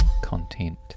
content